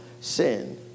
sin